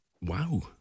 Wow